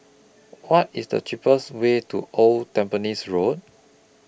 What IS The cheapest Way to Old Tampines Road